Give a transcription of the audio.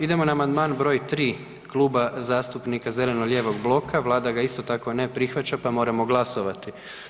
Idemo na Amandman broj 3. Kluba zastupnika zeleno-lijevog bloka, Vlada ga isto tako ne prihvaća pa moramo glasovati.